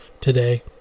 today